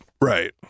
Right